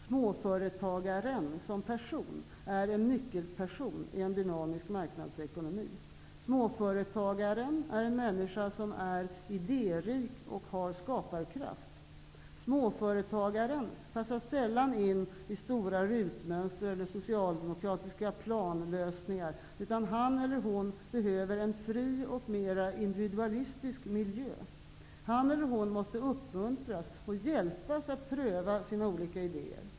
Småföretagaren, som person, är en nyckelperson i en dynamisk marknadsekonomi. Småföretagaren är en människa som är idérik och har skaparkraft. Småföretagaren passar sällan in i stora rutmönster eller i socialdemokratiska planlösningar, utan han eller hon behöver en fri och mera individualistisk miljö. Han eller hon måste uppmuntras och få hjälp med att pröva sina olika idéer.